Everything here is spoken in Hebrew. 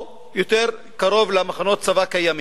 או יותר קרוב למחנות צבא קיימים,